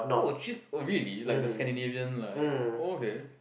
oh cheese oh really like the Scandinavian like oh okay